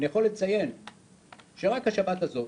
אני יכול לציין שרק השבת הזאת,